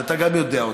וגם אתה יודע אותו,